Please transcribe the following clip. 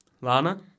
Lana